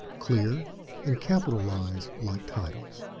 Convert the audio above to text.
clear and capitalized like titles.